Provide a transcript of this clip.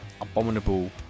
Abominable